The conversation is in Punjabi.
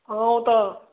ਹਾਂ ਉਹ ਤਾਂ